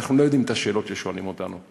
אנחנו לא יודעים את השאלות ששואלים אותנו,